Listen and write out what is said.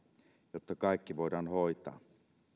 jotta kaikki voidaan hoitaa